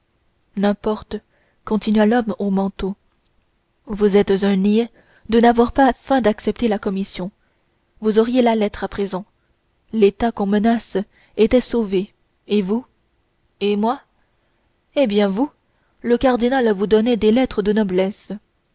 n'importe continua l'homme au manteau vous êtes un niais de n'avoir pas feint d'accepter la commission vous auriez la lettre à présent état qu'on menace était sauvé et vous et moi eh bien vous le cardinal vous donnait des lettres de noblesse